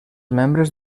membres